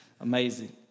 Amazing